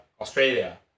Australia